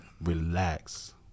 Relax